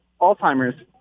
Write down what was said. Alzheimer's